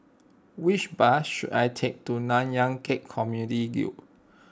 which bus should I take to Nanyang Khek Community Guild